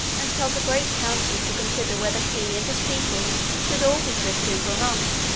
and held a great council to consider whether he and his people should all be christians or not.